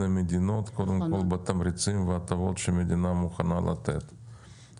המדינות בתמריצים ובהטבות שהמדינה מוכנה לתת קודם כול.